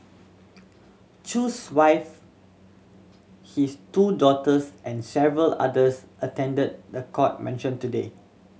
Chew's wife his two daughters and several others attended the court mention today